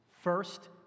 First